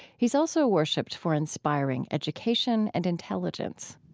he's also worshipped for inspiring education and intelligence